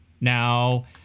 now